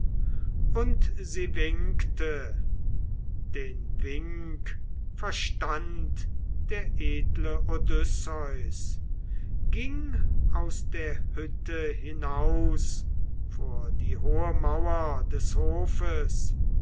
und sie winkte den wink verstand der edle odysseus ging aus der hütte hinaus vor die hohe mauer des hofes